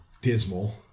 dismal